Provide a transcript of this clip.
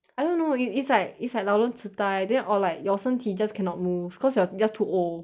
I don't know yo~ it's like it's like 老人痴呆 then or like your 身体 just cannot move cause you're just too old